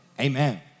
Amen